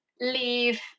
leave